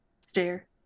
stare